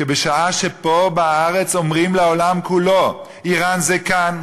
בשעה שפה בארץ אומרים לעולם כולו: איראן זה כאן,